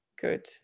Good